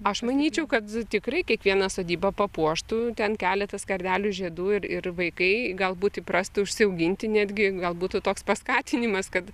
aš manyčiau kad tikrai kiekvieną sodybą papuoštų ten keletas kardelių žiedų ir ir vaikai galbūt įprastų užsiauginti netgi gal būtų toks paskatinimas kad